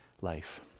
life